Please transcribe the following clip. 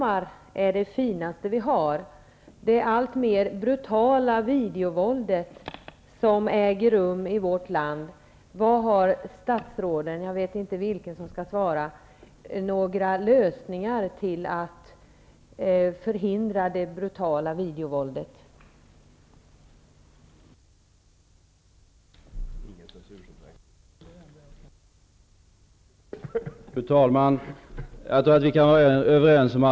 Fru talman! Våra barn och ungdomar är det finaste vi har. Har statsråden -- jag vet inte vem som skall svara på frågan -- några lösningar för att förhindra det alltmer brutala videovåld som äger rum i vårt land?